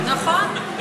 נכון.